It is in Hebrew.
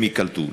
הם ייקלטו.